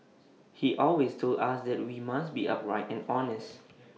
he always told us that we must be upright and honest